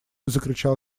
закричал